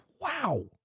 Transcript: Wow